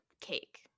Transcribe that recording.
cake